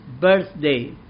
birthday